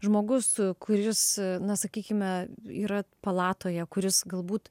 žmogus kuris na sakykime yra palatoje kuris galbūt